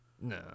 No